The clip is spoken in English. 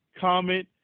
comment